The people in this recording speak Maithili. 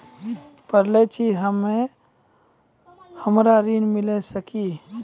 पढल छी हम्मे हमरा ऋण मिल सकई?